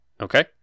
Okay